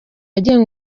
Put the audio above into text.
agenga